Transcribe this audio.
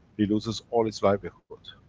he loses all his livelihood,